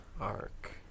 Ark